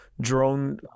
drone